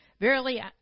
Verily